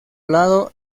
lado